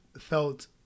felt